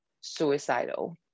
suicidal